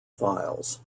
files